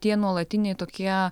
tie nuolatiniai tokie